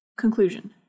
Conclusion